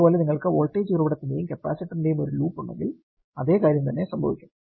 അതുപോലെ നിങ്ങൾക്ക് വോൾട്ടേജ് ഉറവിടത്തിന്റെയും കപ്പാസിറ്ററിന്റെയും ഒരു ലൂപ്പ് ഉണ്ടെങ്കിൽ അതേ കാര്യം തന്നെ സംഭവിക്കും